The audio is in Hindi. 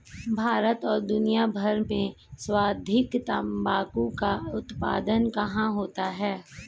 भारत और दुनिया भर में सर्वाधिक तंबाकू का उत्पादन कहां होता है?